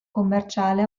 commerciale